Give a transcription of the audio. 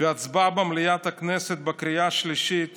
בהצבעה במליאת הכנסת בקריאה שלישית